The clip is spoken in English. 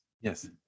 Yes